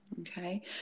Okay